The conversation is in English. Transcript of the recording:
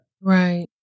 Right